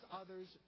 others